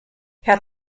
herr